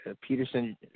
Peterson